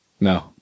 No